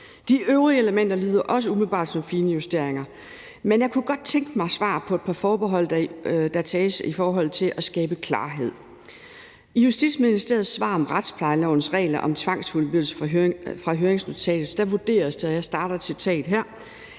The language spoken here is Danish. De øvrige elementer lyder også umiddelbart som finjusteringer, men jeg kunne godt tænke mig svar på et par forbehold, der tages, i forhold til at skabe klarhed. I Justitsministeriets svar om retsplejelovens regler om tvangsfuldbyrdelse fra høringsnotatet vurderes det, og jeg starter på et citat her,